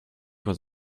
was